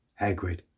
Hagrid